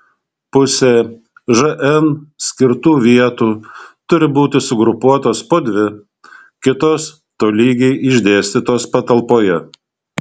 pusė žn skirtų vietų turi būti sugrupuotos po dvi kitos tolygiai išdėstytos patalpoje